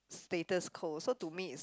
status quo so to me is